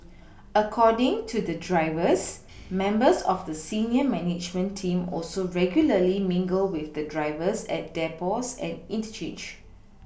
according to the drivers members of the senior management team also regularly mingle with the drivers at depots and interchanges